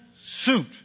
suit